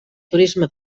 turisme